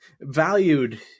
valued